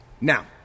now